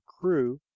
crew